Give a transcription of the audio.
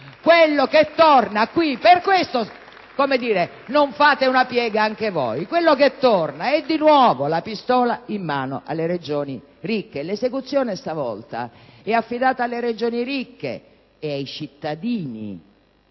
Quello che torna - e per questo non fate una piega anche voi - è di nuovo la pistola in mano alle Regioni ricche: l'esecuzione stavolta è affidata alle Regioni ricche e ai cittadini